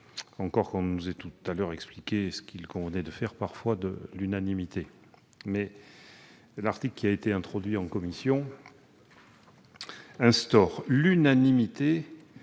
encore qu'on nous ait tout à l'heure expliqué ce qu'il convenait de faire, parfois, de l'unanimité ... L'article 54 G, introduit en commission, instaure l'unanimité